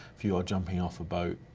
if you are jumping off a boat,